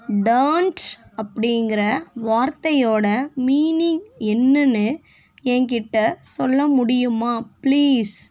turned அப்படிங்குற வார்த்தையோடய meaning என்னென்னு என் கிட்டே சொல்ல முடியுமா ப்ளீஸ்